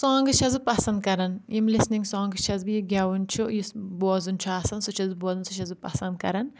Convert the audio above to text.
سانٛگٕس چھس بہٕ پَسنٛد کَران یِم لِسنِنٛگ سانٛگٕس چھس بہٕ گؠوُن چھُ یُس بوزُن چھُ آسان سُہ چھس بہٕ بوزان سُہ چھس بہٕ پَسنٛد کران